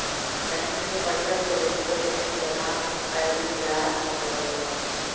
bank से प्रत्यक्ष रूप से धन जमा एइल जा सकलई ह